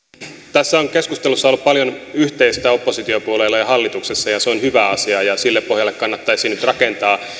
tässä on keskustelussa ollut paljon yhteistä oppositiopuolueilla ja hallituksella ja se on hyvä asia ja sille pohjalle kannattaisi nyt rakentaa